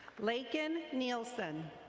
lankin nielsen.